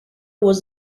was